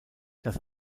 das